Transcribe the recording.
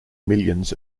millions